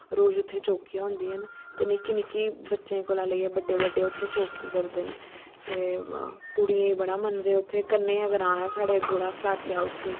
रोज़ उत्थे चौकियां होंदियां न ते निक्के निक्के बच्चें कोला लेईयै बड्डे बड्डे उत्ते चौकी करदे न ते कुड़ियें बड़ा मनदे उत्थें कन्ने गै ग्रांऽ ऐ साढ़े गुढ़ा स्लाथिया उत्थें